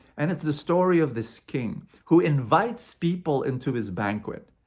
and it's the story of this king who invites people into his banquet.